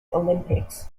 olympics